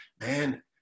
man